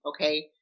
Okay